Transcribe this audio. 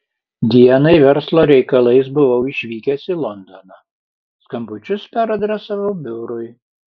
dienai verslo reikalais buvau išvykęs į londoną skambučius peradresavau biurui